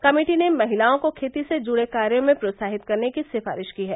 committee ने महिलाओं को खेती से जुड़े कार्यो में प्रोत्साहित करने की सिफारिश की है